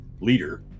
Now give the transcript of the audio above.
leader